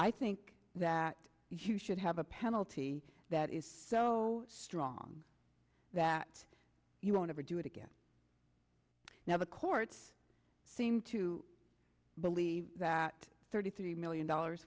i think that you should have a penalty that is so strong that you won't ever do it again now the courts seem to believe that thirty three million dollars